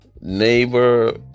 Neighbor